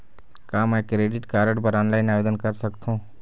का मैं credit card बर ऑनलाइन आवेदन कर सकथों?